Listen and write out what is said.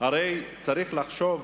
הרי צריך לחשוב